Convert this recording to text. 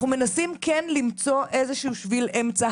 אנחנו מנסים כן למצוא איזשהו שביל אמצע.